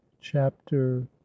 Chapter